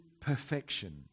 perfection